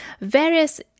Various